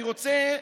אני רוצה,